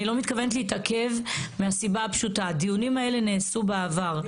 אני לא מתכוונת להתעכב מהסיבה הפשוטה: הדיונים האלה נעשו בעבר.